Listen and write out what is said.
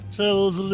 tells